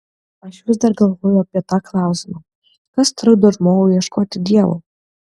aš vis dar galvoju apie tą klausimą kas trukdo žmogui ieškoti dievo